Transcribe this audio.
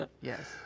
Yes